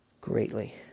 greatly